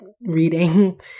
reading